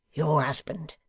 your husband.